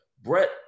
Brett